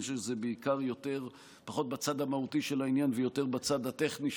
אני חושב שזה פחות בצד המהותי של העניין ויותר בצד הטכני,